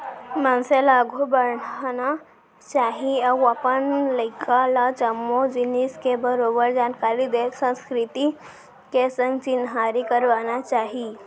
मनसे ल आघू बढ़ना चाही अउ अपन लइका ल जम्मो जिनिस के बरोबर जानकारी देत संस्कृति के संग चिन्हारी करवाना चाही